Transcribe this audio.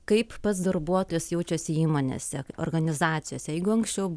kaip pats darbuotojas jaučiasi įmonėse organizacijose jeigu anksčiau